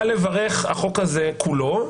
בא לברך החוק הזה כולו,